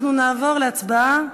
אנחנו נעבור להצבעה.